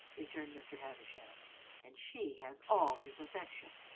returned mr. havisham and she has all his affection.